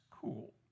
cool